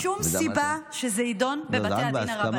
אין שום סיבה שזה יידון בבתי הדין הרבניים.